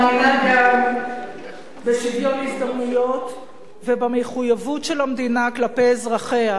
אני מאמינה גם בשוויון הזדמנויות ובמחויבות של המדינה כלפי אזרחיה,